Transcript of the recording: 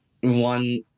one